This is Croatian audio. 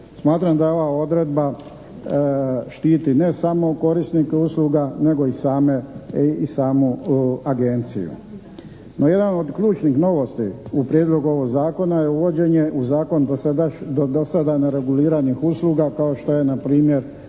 Smatram da ova odredba štiti ne samo korisnike usluga nego i samu agenciju. No jedan od ključnih novosti u prijedlogu ovog zakona je uvođenje u zakon do sada nereguliranih usluga kao što je npr.